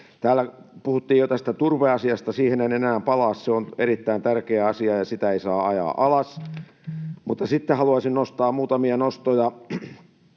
Täällä puhuttiin jo turveasiasta, siihen en enää palaa. Se on erittäin tärkeä asia, ja sitä ei saa ajaa alas. Sitten haluaisin tehdä muutamia nostoja: